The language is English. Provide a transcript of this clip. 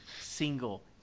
single